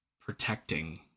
protecting